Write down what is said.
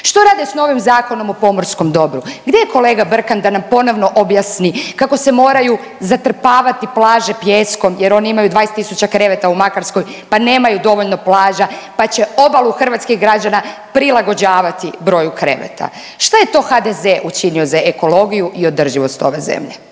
Što rade s novim Zakonom o pomorskom dobru? Gdje je kolega Brkan da nam ponovno objasni kako se moraju zatrpavati plaže pijeskom jer oni imaju 20 tisuća kreveta u Makarskoj pa nemaju dovoljno plaža pa će obalu hrvatskih građana prilagođavati broju kreveta? Šta je to HDZ učinio za ekologiju i održivost ove zemlje?